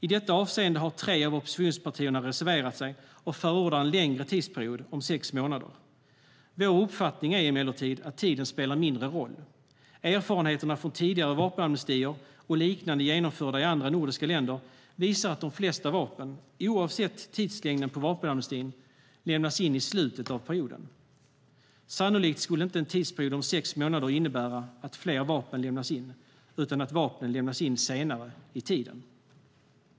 I detta avseende har tre av oppositionspartierna reserverat sig och förordat en längre tidsperiod, om sex månader. Vår uppfattning är emellertid att tiden spelar mindre roll. Erfarenheterna från tidigare vapenamnestier och liknande genomförda i andra nordiska länder visar att de flesta vapen, oavsett tidslängden på vapenamnestin, lämnas in i slutet av perioden. Sannolikt skulle inte en tidsperiod om sex månader innebära att fler vapen lämnas in utan att vapnen lämnas in senare under tidsperioden.